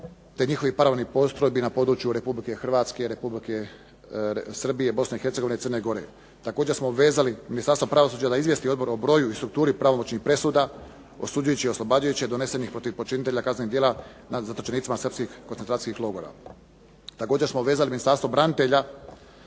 te njihovih paravojnih postrojbi na području Republike Hrvatske, Republike Srbije, Bosne i Hercegovine i Crne Gore. Također smo obvezali Ministarstvo pravosuđa da izvijesti odbor o broju i strukturi pravomoćnih presuda osuđujućih i oslobađajućih donesenih protiv počinitelja kaznenih djela nad zatočenicima srpskih koncentracijskih logora. Također smo obvezali Ministarstvo branitelja,